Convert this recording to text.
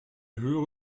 höhere